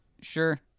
Sure